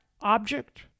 object